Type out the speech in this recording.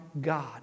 God